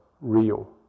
real